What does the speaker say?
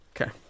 Okay